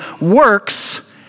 works